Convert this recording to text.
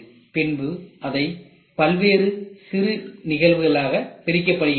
பின்பு அதை பல்வேறு சிறு நிகழ்வுகளாக பிரிக்கப்படுகின்றது